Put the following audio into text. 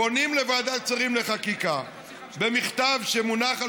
פונים לוועדת שרים לחקיקה במכתב שמונח על